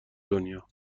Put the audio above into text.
دنیا